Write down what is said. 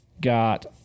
got